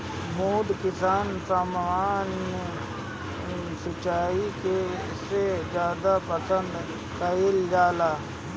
बूंद सिंचाई सामान्य सिंचाई से ज्यादा पसंद कईल जाला